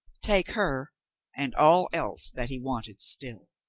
take her and all else that he wanted still.